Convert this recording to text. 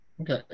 Okay